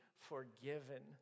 forgiven